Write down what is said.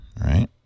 right